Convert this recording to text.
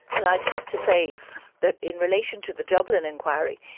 well, i'd have to say that in relation to the dublin inquiry,